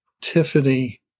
Tiffany